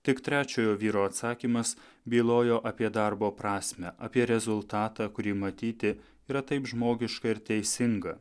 tik trečiojo vyro atsakymas bylojo apie darbo prasmę apie rezultatą kurį matyti yra taip žmogiška ir teisinga